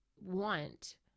want